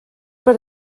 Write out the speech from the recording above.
per